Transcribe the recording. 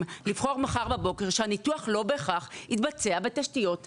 לבחור מחר בבוקר שהניתוח לא בהכרח יתבצע בתשתיות השב"ן.